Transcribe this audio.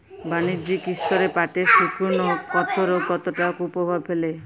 বাণিজ্যিক স্তরে পাটের শুকনো ক্ষতরোগ কতটা কুপ্রভাব ফেলে?